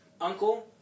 uncle